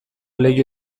leiho